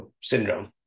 Syndrome